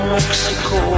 Mexico